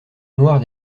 noir